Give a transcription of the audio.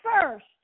first